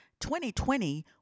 2020